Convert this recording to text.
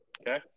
Okay